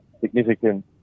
significant